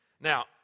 Now